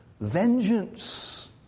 vengeance